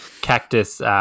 Cactus